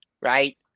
right